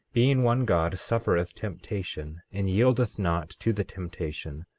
being one god, suffereth temptation, and yieldeth not to the temptation,